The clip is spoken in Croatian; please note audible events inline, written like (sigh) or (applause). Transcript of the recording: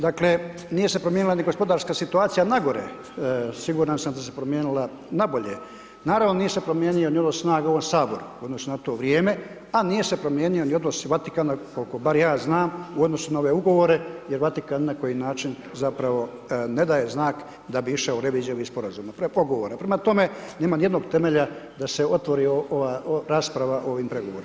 Dakle, nije se promijenila ni gospodarska situacija na gore, siguran sam da se promijenila na bolje, naravno nije se promijenio ni odnos snaga u ovom Saboru u odnosu na to vrijeme, a nije se promijenio ni odnos Vatikana kol'ko bar ja znam, u odnosu na ove ugovore, jer Vatikan ni na koji način, zapravo ne daje znak da bi išao u reviziju ovih Sporazuma, ... (unintelligible) prema tome nema ni jednog temelja da se otvori ova rasprava o ovim pregovorima.